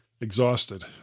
exhausted